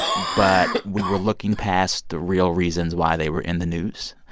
but we were looking past the real reasons why they were in the news.